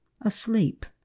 asleep